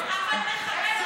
לא, לא, אין פה שר.